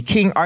King